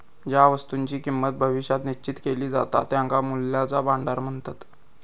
ज्या वस्तुंची किंमत भविष्यात निश्चित केली जाता त्यांका मूल्याचा भांडार म्हणतत